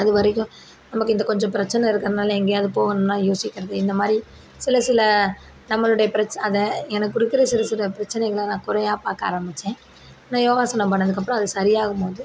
அது வரைக்கும் நமக்கு இந்த கொஞ்சம் பிரச்சனை இருக்கிறதால எங்கையாவது போகணும்னா யோசிக்கிறது இந்தமாதிரி சில சில நம்மளுடைய பிரச்சனை அதை எனக்கு கொடுக்குற சின்ன சின்ன பிரச்சனைகளை நான் குறையாக பார்க்க ஆரமித்தேன் நான் யோகாசனம் பண்ணதுக்கப்பறம் அது சரியாகும்போது